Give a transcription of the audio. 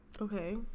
okay